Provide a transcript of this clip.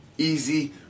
Easy